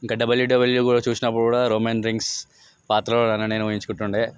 ఇక W W చూసినప్పుడు కూడా రోమన్ రీన్స్ పాత్రలో నన్ను నేను ఊహించుకుంటుండె